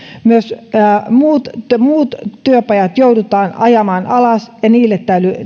myös muut työpajat joudutaan ajamaan alas ja niille